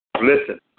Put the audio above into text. Listen